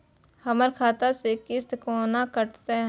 हमर खाता से किस्त कोना कटतै?